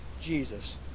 Jesus